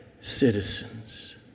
citizens